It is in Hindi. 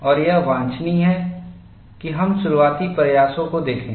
और यह वांछनीय है कि हम शुरुआती प्रयासों को देखें